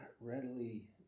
readily